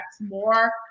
more